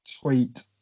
tweet